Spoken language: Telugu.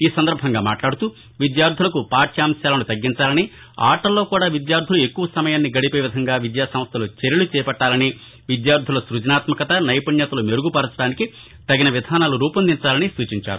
ఈ సందర్భంగా ఆయన మాట్లాడుతూ విద్యార్దులకు పాఠ్యాంశాలను తగ్గించాలని ఆటల్లో కూడా విద్యార్దులు ఎక్కువ సమయాన్ని గడిపే విధంగా విద్యాసంస్వలు చర్యలు చేపట్టాలని విద్యార్దుల సృజనాత్మకత నైపుణ్యతలు మెరుగుపరచడానికి తగిన విధానాలు రూపొందించాలని సూచించారు